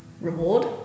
reward